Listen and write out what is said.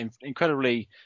incredibly